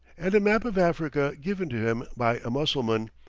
and a map of africa given to him by a mussulman,